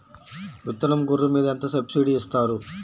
విత్తనం గొర్రు మీద ఎంత సబ్సిడీ ఇస్తారు?